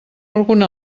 alguna